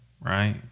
right